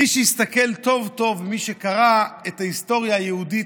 מי שהסתכל טוב-טוב ומי שקרא את ההיסטוריה היהודית,